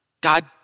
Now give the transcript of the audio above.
God